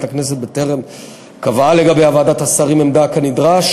הכנסת בטרם קבעה לגביה ועדת השרים עמדה כנדרש,